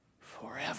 forever